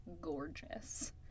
gorgeous